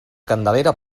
candelera